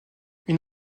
une